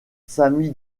sammy